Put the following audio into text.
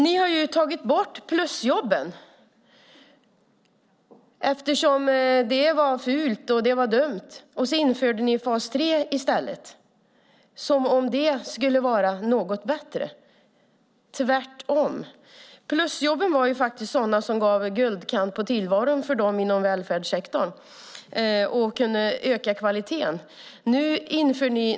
Ni har tagit bort plusjobben, eftersom det var fult och dumt, och så införde ni fas 3 i stället, som om det skulle vara något bättre. Det är tvärtom. Plusjobben satte faktiskt guldkant på tillvaron för dem inom välfärdssektorn och kunde öka kvaliteten.